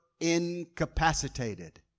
incapacitated